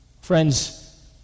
Friends